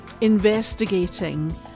investigating